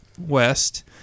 west